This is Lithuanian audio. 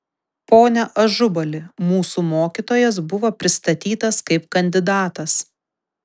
pone ažubali mūsų mokytojas buvo pristatytas kaip kandidatas